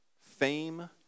fame